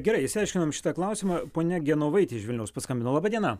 gerai išsiaiškinom šitą klausimą ponia genovaitė iš vilniaus paskambino laba diena